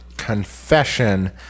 confession